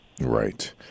Right